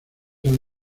han